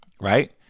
right